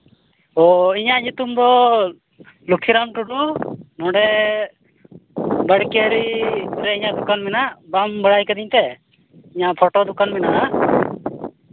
ᱚ ᱤᱧᱟᱹᱜ ᱧᱩᱛᱩᱢ ᱫᱚ ᱞᱚᱠᱠᱷᱤᱨᱟᱢ ᱴᱩᱰᱩ ᱱᱚᱰᱮ ᱰᱮᱲᱠᱮᱰᱤ ᱨᱮ ᱤᱧᱟᱹᱜ ᱫᱚᱠᱟᱱ ᱢᱮᱱᱟᱜᱼᱟ ᱵᱟᱢ ᱵᱟᱲᱟᱭ ᱠᱟᱹᱫᱤᱧ ᱛᱮ ᱤᱧᱟᱹᱜ ᱯᱷᱳᱴᱳ ᱫᱚᱠᱟᱱ ᱢᱮᱱᱟᱜᱼᱟ